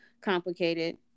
complicated